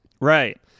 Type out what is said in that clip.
Right